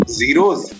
zeros